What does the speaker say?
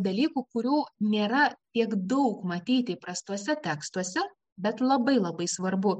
dalykų kurių nėra tiek daug matyti įprastuose tekstuose bet labai labai svarbu